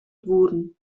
wurden